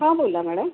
हां बोला मॅडम